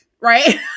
Right